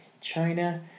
China